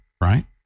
right